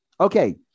Okay